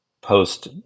post